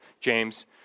James